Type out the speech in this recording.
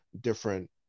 different